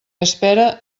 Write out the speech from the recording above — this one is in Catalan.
espera